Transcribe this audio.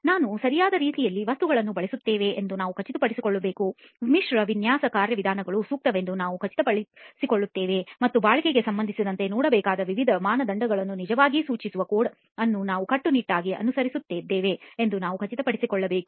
ನಾವು ಸರಿಯಾದ ರೀತಿಯ ವಸ್ತುಗಳನ್ನು ಬಳಸುತ್ತಿದ್ದೇವೆ ಎಂದು ನಾವು ಖಚಿತಪಡಿಸುತ್ತೇವೆ ಮಿಶ್ರ ವಿನ್ಯಾಸ ಕಾರ್ಯವಿಧಾನಗಳು ಸೂಕ್ತವೆಂದು ನಾವು ಖಚಿತಪಡಿಸುತ್ತೇವೆ ಮತ್ತು ಬಾಳಿಕೆಗೆ ಸಂಬಂಧಿಸಿದಂತೆ ನೋಡಬೇಕಾದ ವಿವಿಧ ಮಾನದಂಡಗಳನ್ನು ನಿಜವಾಗಿ ಸೂಚಿಸುವ ಕೋಡ್ ಅನ್ನು ನಾವು ಕಟ್ಟುನಿಟ್ಟಾಗಿ ಅನುಸರಿಸುತ್ತಿದ್ದೇವೆ ಎಂದು ನಾವು ಖಚಿತಪಡಿಸುತ್ತೇವೆ